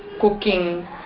cooking